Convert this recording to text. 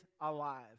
alive